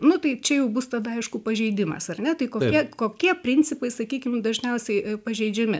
nu tai čia jau bus tada aišku pažeidimas ar ne tai kokie kokie principai sakykim dažniausiai pažeidžiami